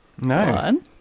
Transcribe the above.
no